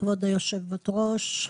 כבוד היושבת ראש,